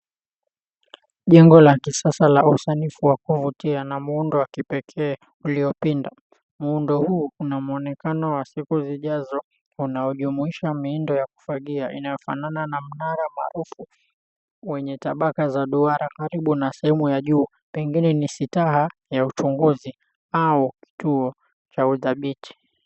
Jengo la kisasa la usanifu wa kuvutia na muundo wa kipekee uliopinda. Muundo huu unamwonekano wa siku zijazo unaojumuisha miundo ya kufagia 𝑖𝑛𝑎𝑦𝑜𝑓𝑎𝑛𝑎𝑛𝑎 na mnara maarufu wenye tabaka za duara karibu na sehemu ya juu pengine ni sitaha ya uchunguzi au kituo cha uthabiti.